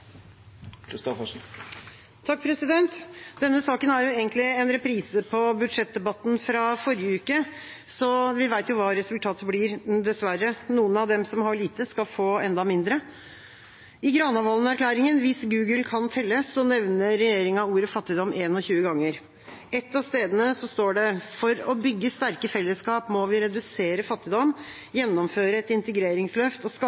Denne saken er jo egentlig en reprise på budsjettdebatten fra forrige uke, så vi vet jo hva resultatet blir, dessverre: Noen av dem som har lite, skal få enda mindre. I Granavolden-erklæringen – hvis Google kan telle – nevner regjeringa ordet «fattigdom» 21 ganger. Ett av stedene står det: «For å bygge sterke fellesskap må vi redusere fattigdom, gjennomføre et integreringsløft og